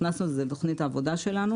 הכנסנו את זה בתכנית העבודה שלנו